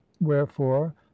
wherefore